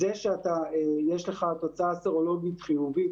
זה שיש לך תוצאה סרולוגית חיובית,